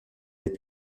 des